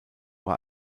war